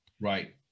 Right